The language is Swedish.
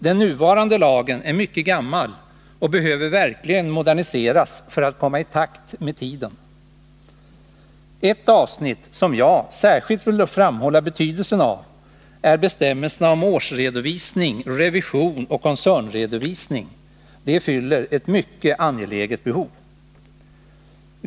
Den nuvarande lagen är mycket gammal och behöver verkligen moderniseras för att komma i takt med tiden. Ett avsnitt som jag särskilt vill framhålla betydelsen av är bestämmelserna om årsredovisning, revision och koncernredovisning. De fyller ett mycket angeläget behov.